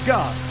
God